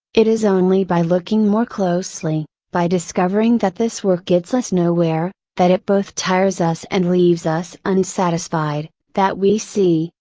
it is only by looking more closely, by discovering that this work gets us nowhere, that it both tires us and leaves us unsatisfied, that we see,